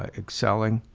ah excelling,